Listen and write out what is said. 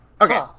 Okay